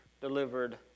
delivered